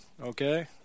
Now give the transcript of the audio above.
Okay